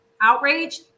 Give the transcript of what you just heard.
outrage